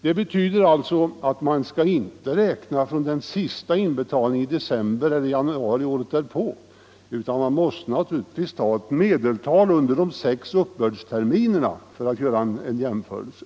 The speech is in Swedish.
Det betyder alltså att man inte skall räkna från den sista inbetalningen i december det ena året eller från den första inbetalningen i januari året därpå, utan man måste naturligtvis ta ett medeltal av skatten under de sex uppbördsterminerna för att kunna göra en jämförelse.